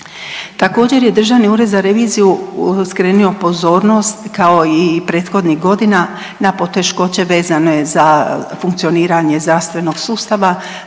Također je Državni ured za reviziju skrenio pozornost, kao i prethodnih godina na poteškoće vezane za funkcioniranje zdravstvenog sustava,